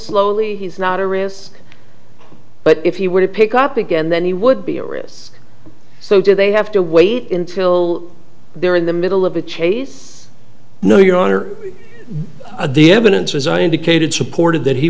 slowly he's not a wrist but if he were to pick up again then he would be a wrists so do they have to wait until they're in the middle of a chase no your honor the evidence as i indicated supported that he